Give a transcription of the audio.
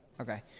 Okay